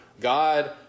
God